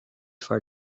for